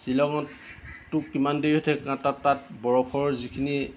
শ্বিলঙতো কিমান দেৰি হয় তাত বৰফৰ যিখিনি